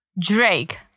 Drake